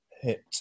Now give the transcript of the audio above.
hit